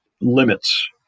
limits